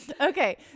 Okay